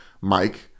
Mike